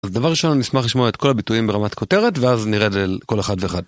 אז דבר ראשון אני אשמח לשמוע את כל הביטויים ברמת כותרת ואז נרד לכל אחד ואחד.